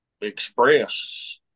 express